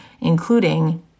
including